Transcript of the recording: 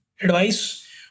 advice